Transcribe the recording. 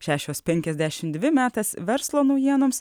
šešios penkiasdešimt dvi metas verslo naujienoms